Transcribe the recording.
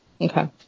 Okay